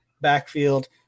backfield